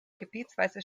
gebietsweise